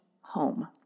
home